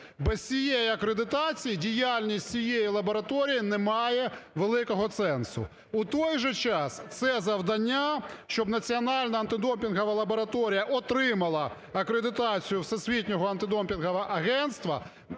Без цієї акредитації діяльність цієї лабораторії не має великого сенсу. У той же час це завдання, щоб Національна антидопінгова лабораторія отримала акредитацію Всесвітнього антидопінгового агентства,